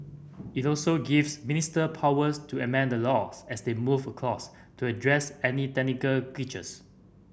it also gives minister powers to amend the laws as they move across to address any technical glitches